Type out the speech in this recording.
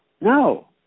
No